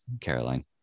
Caroline